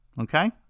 Okay